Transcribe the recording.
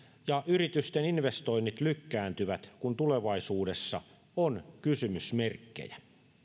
ja yritysten investoinnit lykkääntyvät kun tulevaisuudessa on kysymysmerkkejä